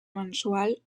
mensual